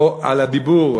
או לדיבור,